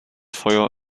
feuer